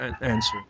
answer